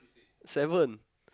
seven